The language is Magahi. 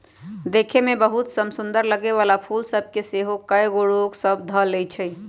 देखय में बहुते समसुन्दर लगे वला फूल सभ के सेहो कएगो रोग सभ ध लेए छइ